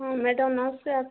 ହଁ ମ୍ୟାଡ଼ମ୍ ନମସ୍କାର